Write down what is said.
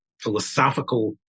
philosophical